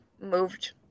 moved